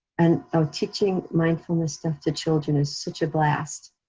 and oh, teaching mindfulness stuff to children is such a blast.